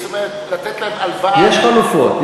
זאת אומרת, לתת להם הלוואה, יש חלופות.